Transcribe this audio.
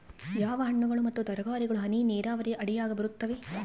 ಯಾವ ಹಣ್ಣುಗಳು ಮತ್ತು ತರಕಾರಿಗಳು ಹನಿ ನೇರಾವರಿ ಅಡಿಯಾಗ ಬರುತ್ತವೆ?